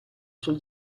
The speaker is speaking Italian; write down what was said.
sul